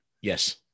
Yes